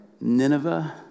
Nineveh